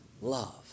love